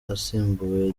asimbuye